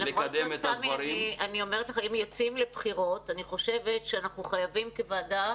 אם יוצאים לבחירות אנחנו חייבים בוועדה